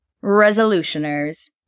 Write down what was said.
resolutioners